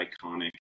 iconic